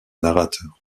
narrateur